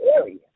area